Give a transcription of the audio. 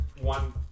one